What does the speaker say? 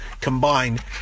combined